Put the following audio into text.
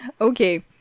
Okay